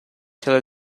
tell